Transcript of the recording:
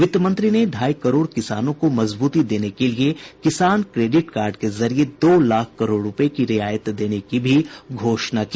वित्त मंत्री ने ढाई करोड़ किसानों को मजब्रती देने के लिए किसान क्रेडिट कार्ड के जरिए दो लाख करोड़ रुपए की रियायत देने की भी घोषणा की